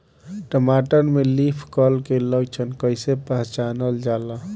टमाटर में leaf curl के लक्षण कइसे पहचानल जाला?